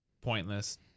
pointless